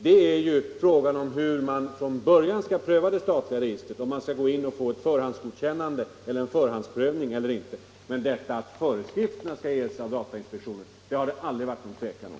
Den har gällt hur man från början skall pröva det statliga registret. Skall man gå in och få ett förhandsgodkännande eller inte? Men att föreskrifterna skall ges av datainspektionen har det aldrig varit någon tvekan om.